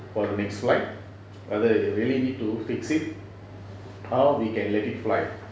for the next flight whether you really need to fix it how we can let it fly